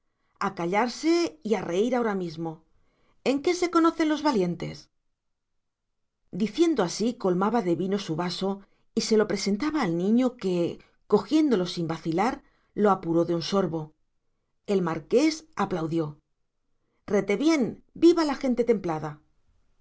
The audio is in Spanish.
a callarse y a reírse ahora mismo en qué se conocen los valientes diciendo así colmaba de vino su vaso y se lo presentaba al niño que cogiéndolo sin vacilar lo apuró de un sorbo el marqués aplaudió retebién viva la gente templada